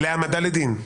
להעמדה לדין.